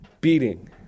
Beating